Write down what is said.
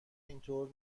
اینطور